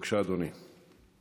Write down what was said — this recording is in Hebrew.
בבקשה, אדוני.